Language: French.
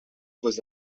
vos